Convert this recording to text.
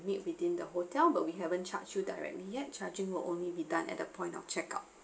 need within the hotel but we haven't charge you directly yet charging will only be done at the point of check out